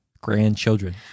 Grandchildren